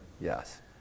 yes